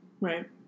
right